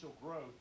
growth